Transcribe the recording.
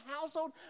household